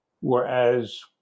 Whereas